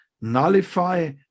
nullify